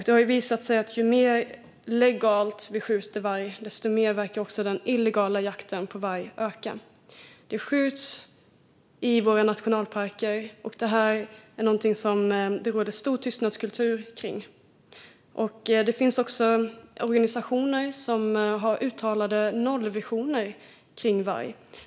Det har visat sig att ju fler vargar vi skjuter legalt, desto mer verkar den illegala jakten på varg öka. Det skjuts i våra nationalparker, något som det råder stor tystnadskultur kring. Det finns också organisationer som har uttalade nollvisioner kring varg.